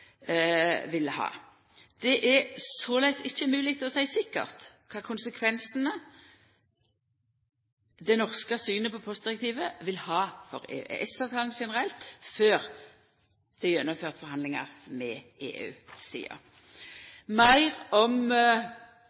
vil ha. Det er såleis ikkje mogleg å seia sikkert kva konsekvensar det norske synet på postdirektivet vil ha for EØS-avtalen generelt før det er gjennomført forhandlingar med EU-sida. Så vil eg seia meir om